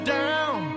down